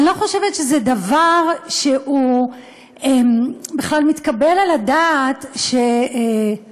אני לא חושבת שזה דבר שהוא בכלל מתקבל על הדעת שאני,